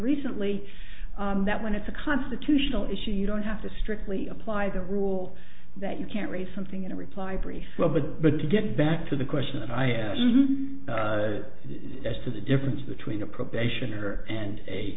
recently that when it's a constitutional issue you don't have to strictly apply the rule that you can't read something in a reply brief well but but to get back to the question i have is as to the difference between a probation her and a